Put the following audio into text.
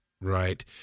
right